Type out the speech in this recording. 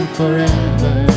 forever